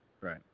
Right